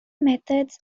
methods